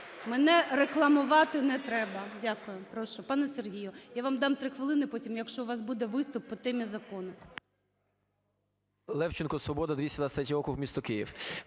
Мене рекламувати не треба. Дякую. Прошу. Пане Сергію, я вам дам три хвилини потім, якщо у вас буде виступ по темі закону.